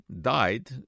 died